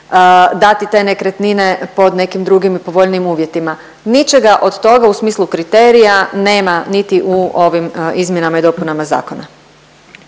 dati te nekretnine pod nekim drugim povoljnijim uvjetima. Ničega od toga u smislu kriterija nema niti u ovim izmjenama i dopunama zakona.